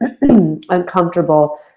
uncomfortable